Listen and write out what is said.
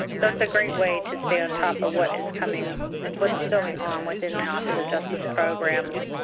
so it's a great way to stay on top of what is coming what is going on within the office of justice programs.